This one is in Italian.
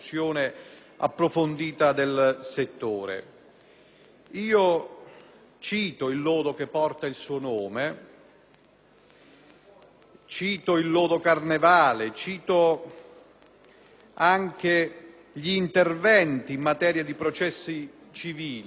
Cito il lodo che porta il suo nome, cito il cosiddetto lodo Carnevale, cito anche gli interventi in materia di processi civili non solo come